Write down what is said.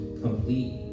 complete